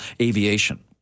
aviation